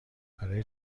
برای